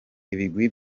ibigwi